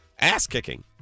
ass-kicking